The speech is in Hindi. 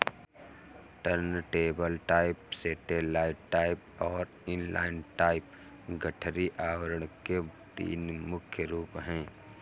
टर्नटेबल टाइप, सैटेलाइट टाइप और इनलाइन टाइप गठरी आवरण के तीन मुख्य रूप है